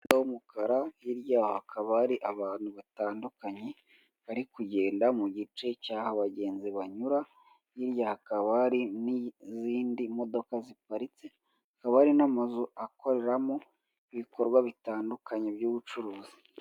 Umuhanda w'umukara hiryaha hakaba hari abantu batandukanye bari kugenda mu gice cy'aho abagenzi banyura hirya hakaba hari n'izindi modoka ziparitse hakaba hari n'amazu akoreramo ibikorwa bitandukanye by'ubucuruzi.